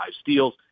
steals